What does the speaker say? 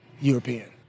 European